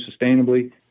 sustainably